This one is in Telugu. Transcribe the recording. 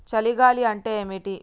చలి గాలి అంటే ఏమిటి?